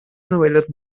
novelas